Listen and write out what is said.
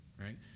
right